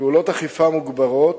פעולות אכיפה מוגברות,